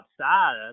outside